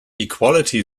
equality